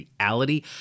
reality